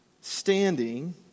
standing